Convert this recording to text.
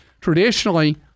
Traditionally